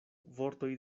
vortoj